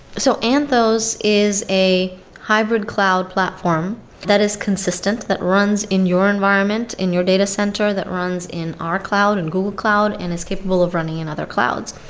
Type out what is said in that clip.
so anthos is a hybrid cloud platform that is consistent that runs in your environment, in your data center, that runs in our cloud and google cloud and is capable of running in other clouds.